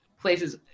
places